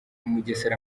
mugesera